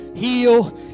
heal